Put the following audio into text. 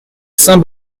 saint